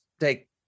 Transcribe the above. take